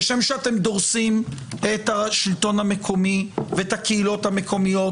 כשם שאתם דורסים את השלטון המקומי ואת הקהילות המקומיות,